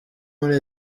muri